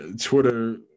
Twitter